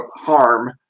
harm